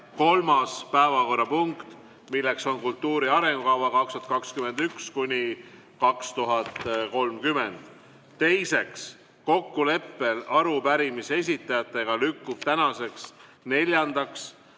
kolmas päevakorrapunkt, milleks on "Kultuuri arengukava 2021–2030". Teiseks, kokkuleppel arupärimise esitajatega lükkub tänaseks neljandaks